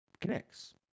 connects